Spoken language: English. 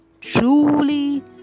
truly